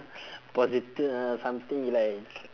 posit~ uh something like